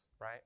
right